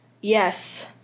Yes